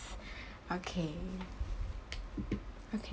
okay okay